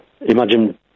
Imagine